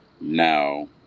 Now